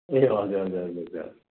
ए हजुर हजुर हजुर हजुर